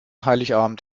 heiligabend